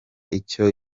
icyo